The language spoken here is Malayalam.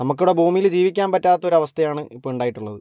നമുക്കിവിടെ ഭൂമിയിൽ ജീവിക്കാൻ പറ്റാത്ത ഒരു അവസ്ഥയാണ് ഇപ്പം ഉണ്ടായിട്ടുള്ളത്